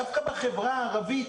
דווקא בחברה הערבית